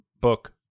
book